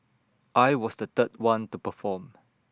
I was the third one to perform